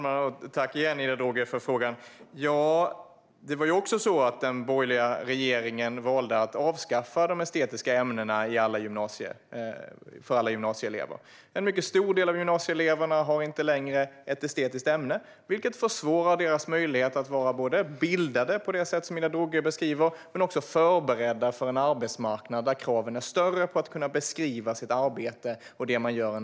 Herr talman! Den borgerliga regeringen valde att avskaffa de estetiska ämnena för alla gymnasielever. En mycket stor del av gymnasieleverna har inte längre ett estetiskt ämne, vilket försvårar deras möjligheter att vara bildade på det sätt som Ida Drougge beskriver och förberedda på en arbetsmarknad där kraven är större än någonsin tidigare på att kunna beskriva sitt arbete och det man gör.